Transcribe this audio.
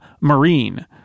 Marine